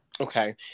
Okay